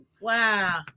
Wow